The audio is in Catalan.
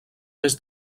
més